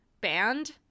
band